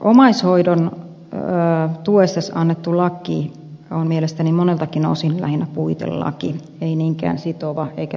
omaishoidon tuesta annettu laki on mielestäni moneltakin osin lähinnä puitelaki ei niinkään sitova eikä velvoittava laki